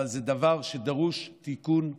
אבל זה דבר שדורש תיקון מיידי.